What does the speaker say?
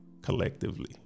collectively